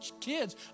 kids